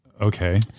Okay